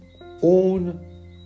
Own